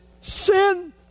Sin